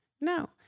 No